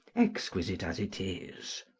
exquisite as it is